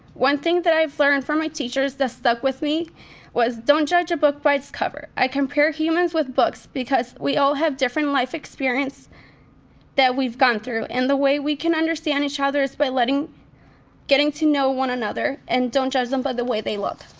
one thing that i've learned from my teachers that stuck with me was don't judge a book by its cover. i compare humans with books because because we all have different life experience that we've gone through, and the way we can understand each other is by getting getting to know one another, and don't judge them by the way they look.